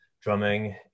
drumming